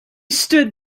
stood